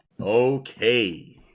okay